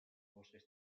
bosques